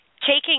taking